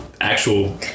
actual